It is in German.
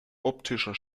optischer